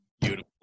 Beautiful